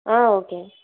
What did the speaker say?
ஆ okay